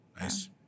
Nice